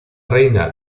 reina